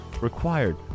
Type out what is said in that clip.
required